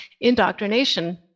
indoctrination